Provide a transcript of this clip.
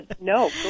no